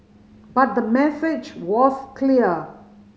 but the message was clear